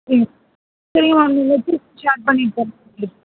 ம் சரிங்க மேம் நீங்கள் ஸ்டார்ட்